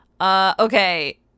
Okay